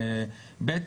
ו-ב',